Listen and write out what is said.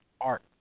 art